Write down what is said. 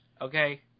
Okay